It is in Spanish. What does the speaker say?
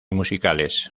musicales